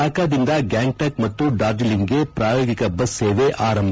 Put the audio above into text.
ಢಾಕಾದಿಂದ ಗ್ಲಾಂಗ್ಟಾಕ್ ಮತ್ತು ಡಾರ್ಜಿಲಿಂಗ್ಗೆ ಪ್ರಾಯೋಗಿಕ ಬಸ್ ಸೇವೆ ಆರಂಭ